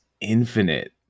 infinite